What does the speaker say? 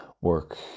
work